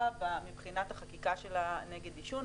מבחינת החקיקה שלה נגד עישון.